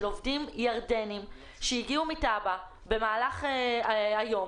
עובדים ירדנים שהגיעו מטאבה במהלך היום,